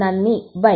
നന്ദി ബൈ